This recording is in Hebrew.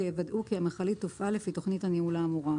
ויוודאו כי המכלית תופעל לפי תכנית הניהול האמורה.